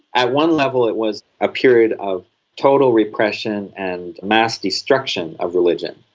at one level it was a period of total repression and mass destruction of religion,